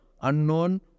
unknown